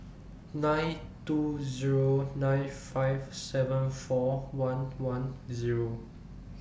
nine two Zero nine five seven four one one Zero